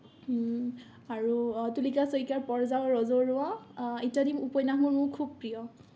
আৰু তুলিকা চইকীয়াৰ পৰযাওঁ ৰজৌৰোৱা ইত্যাদি উপন্যাস মোৰ মোৰ খুব প্ৰিয়